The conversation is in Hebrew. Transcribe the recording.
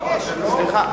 סליחה.